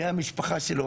מי המשפחה שלו,